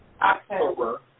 October